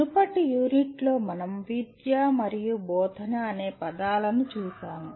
మునుపటి యూనిట్లో మనం విద్య మరియు బోధన అనే పదాలను చూశాము